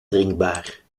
drinkbaar